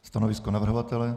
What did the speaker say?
Stanovisko navrhovatele?